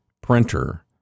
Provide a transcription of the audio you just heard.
printer